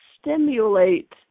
stimulate